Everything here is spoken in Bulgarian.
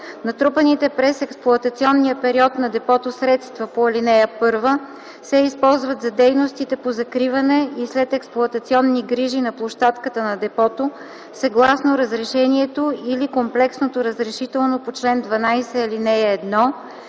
Натрупаните през експлоатационния период на депото средства по ал. 1 се използват за дейностите по закриване и следексплоатационни грижи на площадката на депото съгласно разрешението или комплексното разрешително по чл. 12, ал. 1